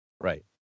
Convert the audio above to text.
Right